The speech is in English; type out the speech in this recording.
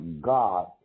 God